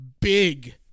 big